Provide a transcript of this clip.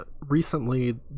recently